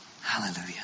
Hallelujah